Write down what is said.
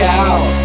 out